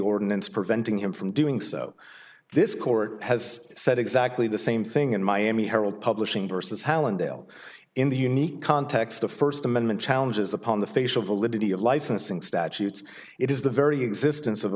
ordinance preventing him from doing so this court has said exactly the same thing in miami herald publishing versus hallandale in the unique context of first amendment challenges upon the facial validity of licensing statutes it is the very existence of